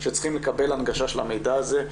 שצריכים לקבל הנגשה של המידע הזה.